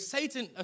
Satan